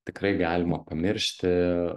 tikrai galima pamiršti